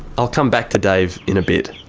i'll come back to dave in a bit.